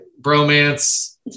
bromance